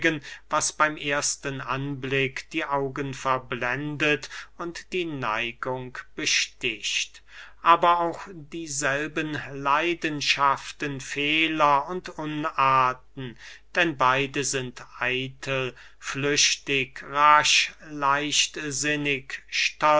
was beym ersten anblick die augen verblendet und die neigung besticht aber auch dieselben leidenschaften fehler und unarten denn beide sind eitel flüchtig rasch leichtsinnig